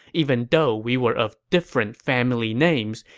even though we were of different family names,